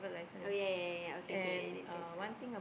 oh ya ya ya ya okay okay and it says uh